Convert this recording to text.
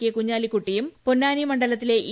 K കുഞ്ഞാലിക്കൂട്ടിയും പൊന്നാനി മണ്ഡലത്തിലെ E